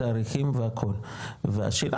תאריכים והכול והשאלה,